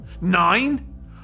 Nine